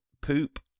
Poop